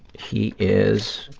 he is,